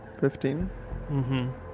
Fifteen